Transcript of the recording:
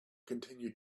continue